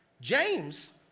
James